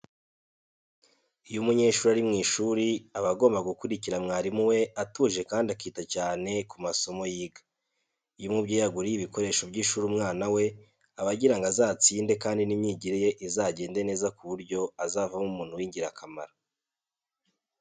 Iyo umunyeshuri ari mu ishuri aba agomba gukurikira mwarimu we atuje kandi akita cyane ku masomo yiga. Iyo umubyeyi aguriye ibikoresho by'ishuri umwana we, aba agira ngo azatsinde kandi n'imyigire ye izagende neza ku buryo azavamo umuntu w'ingirakamaro.